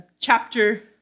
chapter